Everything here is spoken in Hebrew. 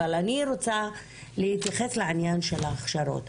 אבל אני רוצה להתייחס לעניין של ההכשרות.